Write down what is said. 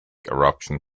eruption